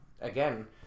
again